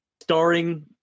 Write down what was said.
Starring